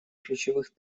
ключевых